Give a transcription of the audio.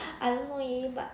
I don't know leh but